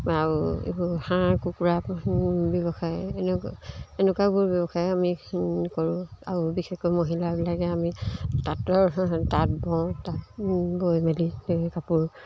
আৰু এইবোৰ হাঁহ কুকুৰা ব্যৱসায় এনেকুৱা এনেকুৱাবোৰ ব্যৱসায় আমি কৰোঁ আৰু বিশেষকৈ মহিলাবিলাকে আমি তাঁতৰ তাঁত বওঁ তাঁত বৈ মেলি কাপোৰ